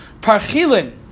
Parchilin